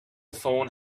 phone